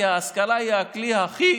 כי ההשכלה היא הכלי הכי